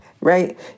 Right